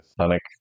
Sonic